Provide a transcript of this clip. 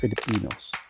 Filipinos